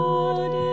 Lord